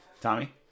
Tommy